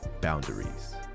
boundaries